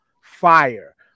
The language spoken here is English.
fire